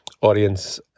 audience